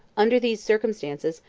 under these circumstances,